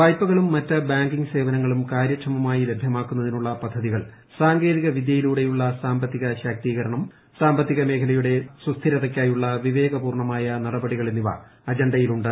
വായ്പകളും മറ്റ് ബാങ്കിങ് ്സേവനങ്ങളും കാര്യക്ഷമമായി ലഭ്യമാക്കുന്നതിനുള്ള പദ്ധതികൾ സാങ്കേതികവിദ്യയിലൂടെയുള്ള സാമ്പത്തിക ശാക്തീകരണം സാമ്പത്തിക മേഖലയുടെ സുസ്ഥിരതയ്ക്കായുള്ള വിവേകപൂർണമായ നടപടികൾ എന്നിവ അജണ്ടയിലുണ്ട്